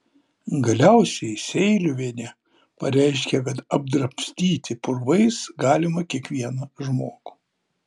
galiausiai seiliuvienė pareiškė kad apdrabstyti purvais galima kiekvieną žmogų